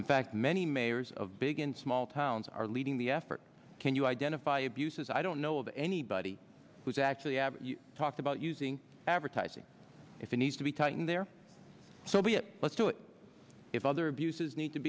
in fact many mayors of big and small towns are leading the effort can you identify abuses i don't know of anybody who's actually as you talked about using advertising if it needs to be tightened there so be it let's do it if other abuses need to